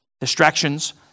distractions